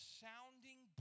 sounding